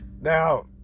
now